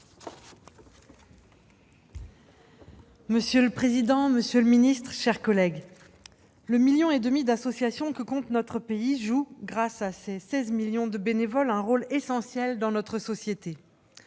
Monsieur le président, monsieur le secrétaire d'État, mes chers collègues, le million et demi d'associations que compte notre pays joue, grâce à ses 16 millions de bénévoles, un rôle essentiel dans notre société